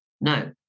No